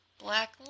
black